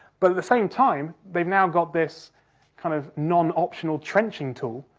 but, at the same time, they'd now got this kind of non-optional trenching tool,